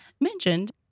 mentioned